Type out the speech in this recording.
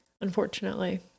unfortunately